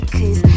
Cause